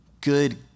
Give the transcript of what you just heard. good